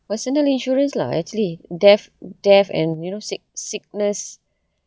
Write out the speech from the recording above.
personal insurance lah actually death death and you know sick~ sickness